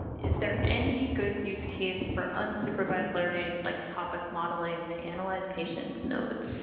is there any good use case for unsupervised learning like topic modeling to analyze patients notes